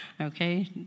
okay